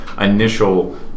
initial